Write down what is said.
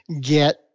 get